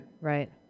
Right